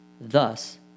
Thus